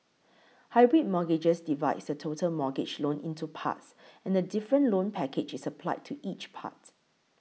hybrid mortgages divides the total mortgage loan into parts and a different loan package is applied to each part